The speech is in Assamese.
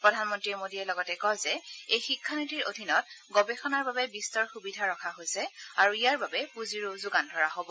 প্ৰধানমন্তী মোদীয়ে লগতে কয় এই শিক্ষানীতিৰ অধীনত গৱেষণাৰ বাবে বিস্তৰ সুবিধা ৰখা হৈছে আৰু ইয়াৰ বাবে পুঁজিৰো যোগান ধৰা হ'ব